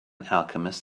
alchemist